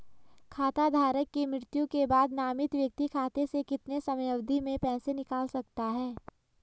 खाता धारक की मृत्यु के बाद नामित व्यक्ति खाते से कितने समयावधि में पैसे निकाल सकता है?